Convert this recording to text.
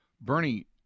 bernie